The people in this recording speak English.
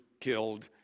killed